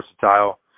versatile